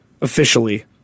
officially